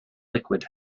liquid